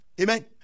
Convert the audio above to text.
amen